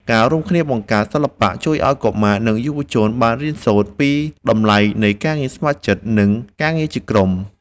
ការរួមគ្នាបង្កើតសិល្បៈជួយឱ្យកុមារ និងយុវជនបានរៀនសូត្រពីតម្លៃនៃការងារស្ម័គ្រចិត្ត និងការងារជាក្រុម។